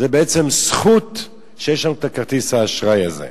זו בעצם זכות שיש לנו את כרטיס האשראי הזה.